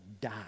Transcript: die